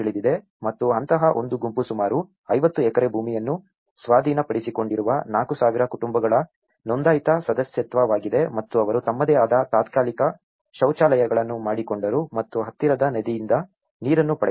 ಮತ್ತು ಅಂತಹ ಒಂದು ಗುಂಪು ಸುಮಾರು 50 ಎಕರೆ ಭೂಮಿಯನ್ನು ಸ್ವಾಧೀನಪಡಿಸಿಕೊಂಡಿರುವ 4000 ಕುಟುಂಬಗಳ ನೋಂದಾಯಿತ ಸದಸ್ಯತ್ವವಾಗಿದೆ ಮತ್ತು ಅವರು ತಮ್ಮದೇ ಆದ ತಾತ್ಕಾಲಿಕ ಶೌಚಾಲಯಗಳನ್ನು ಮಾಡಿಕೊಂಡರು ಮತ್ತು ಹತ್ತಿರದ ನದಿಯಿಂದ ನೀರನ್ನು ಪಡೆದರು